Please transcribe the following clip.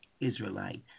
Israelite